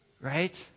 right